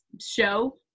show